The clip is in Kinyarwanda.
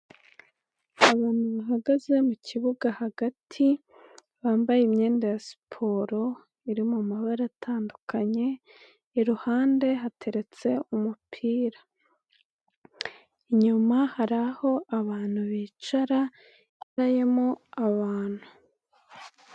Abantu bahagaze mu kibuga hagati, bambaye imyenda ya siporo, iri mu mabara atandukanye, iruhande hateretse umupira. Inyuma hari aho abantu bicara, hicayemo abantu.